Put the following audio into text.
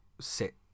sit